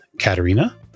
Katerina